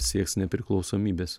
sieks nepriklausomybės